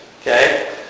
Okay